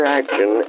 action